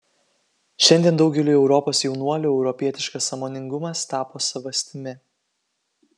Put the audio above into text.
šiandien daugeliui europos jaunuolių europietiškas sąmoningumas tapo savastimi